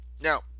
Now